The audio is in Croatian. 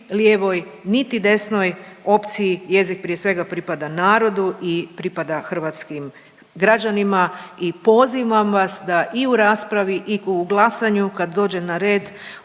niti desnoj opciji, jezik prije svega, pripada narodu i pripada hrvatskim građanima i pozivam vas da i u raspravi i u glasanju kad dođe na red,